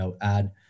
add